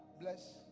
bless